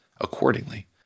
accordingly